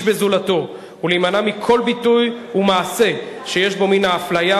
בזולתו ולהימנע מכל ביטוי ומעשה שיש בו מן האפליה.